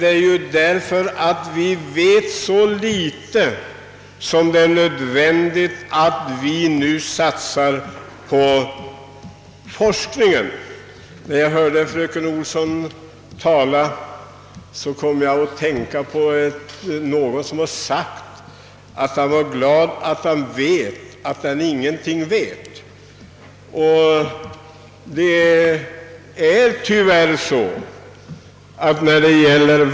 Det är därför nödvändigt att vi nu satsar på forskningen. När jag hörde fröken Olsson tala kom jag att tänka på någon som sagt att han var glad att han vet att han ingenting vet.